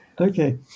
Okay